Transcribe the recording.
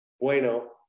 Bueno